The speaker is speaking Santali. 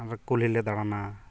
ᱠᱩᱞᱦᱤᱞᱮ ᱫᱟᱬᱟᱱᱟ